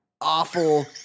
awful